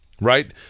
right